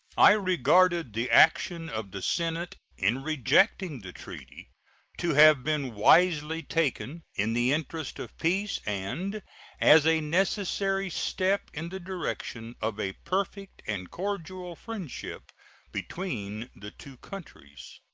i regarded the action of the senate in rejecting the treaty to have been wisely taken in the interest of peace and as a necessary step in the direction of a perfect and cordial friendship between the two countries.